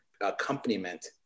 accompaniment